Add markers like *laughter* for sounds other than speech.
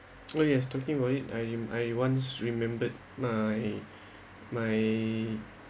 oh *noise* yes talking about it I'm I once remembered my my